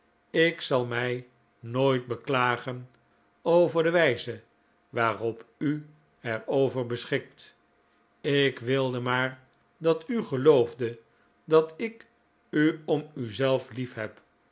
ik zal mij nooit beklagen over de wijze waarop u er over beschikt ik wilde maar dat u geloofde dat ik u om uzelf lief